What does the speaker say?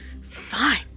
Fine